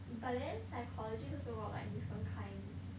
but then psychologist also got like different kinds